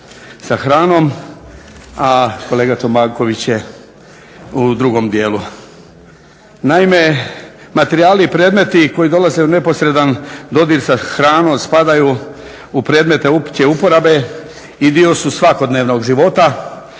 hranom, a kolega Čobanković je u drugom dijelu. Naime, materijali i predmeti koji dolaze u neposredan dodir sa hranom spadaju u predmete opće uporabe i dio su svakodnevnog života.